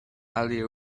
ali